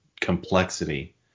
complexity